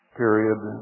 period